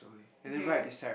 okay